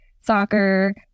soccer